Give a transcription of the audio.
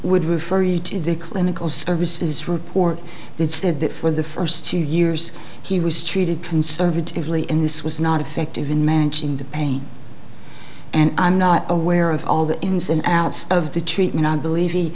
would refer you to the clinical services report that said that for the first two years he was treated conservatively and this was not effective in managing the pain and i'm not aware of all the ins and outs of the treatment i believe he